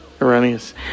Erroneous